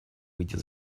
выйти